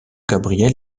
gabriel